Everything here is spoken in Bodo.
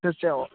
सेरसेआव